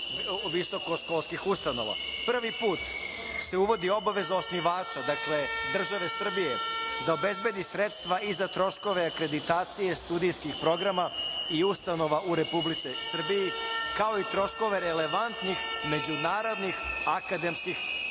visokoškolskih ustanova. Prvi put se uvodi obaveza osnivača, dakle države Srbije, da obezbedi sredstva i za troškove akreditacije sudijskih programa i ustanova u Republici Srbiji, kao i troškove relevantnih međunarodnih akademskih